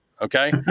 Okay